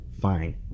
Fine